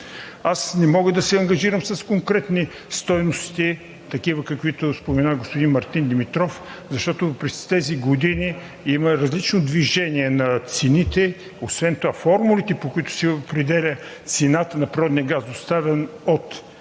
Аз не мога да се ангажирам с конкретни стойности, каквито спомена господин Мартин Димитров, защото през тези години има различно движение на цените. Освен това формулите, по които се определя цената на природния газ, доставен от